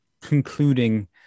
concluding